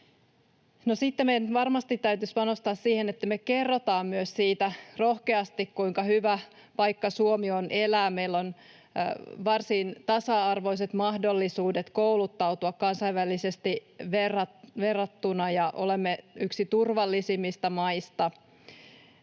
sitten meidän varmasti täytyisi panostaa siihen, että me kerrotaan rohkeasti myös siitä, kuinka hyvä paikka Suomi on elää. Meillä on varsin tasa-arvoiset mahdollisuudet kouluttautua kansainvälisesti verrattuna, ja olemme yksi turvallisimmista maista.